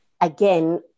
again